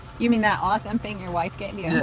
you mean that awesome thing your wife gave you? yeah,